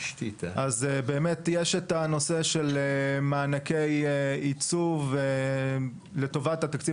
יש את הנושא של מענקי ייצוב לטובת התקציב